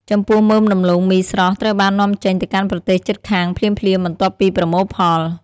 ចំពោះមើមដំឡូងមីស្រស់ ត្រូវបាននាំចេញទៅកាន់ប្រទេសជិតខាងភ្លាមៗបន្ទាប់ពីប្រមូលផល។